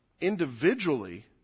Individually